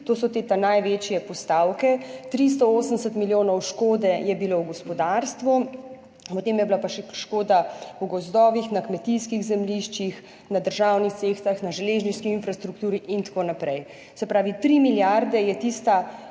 To so te največje postavke. 380 milijonov škode je bilo v gospodarstvu. Potem je bila pa še škoda v gozdovih, na kmetijskih zemljiščih, na državnih cestah, na železniški infrastrukturi in tako naprej. Se pravi, tri milijarde je tista